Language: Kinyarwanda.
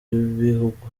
b’ibihugu